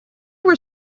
were